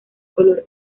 color